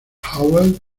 howell